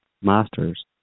masters